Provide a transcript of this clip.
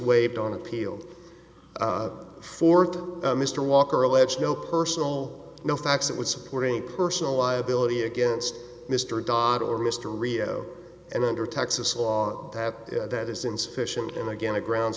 waived on appeal for mr walker allege no personal no facts that would support any personal liability against mr dodd or mr rio and under texas law that that is insufficient and again a grounds